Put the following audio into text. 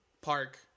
park